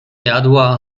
jadła